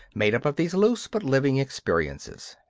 made up of these loose but living experiences.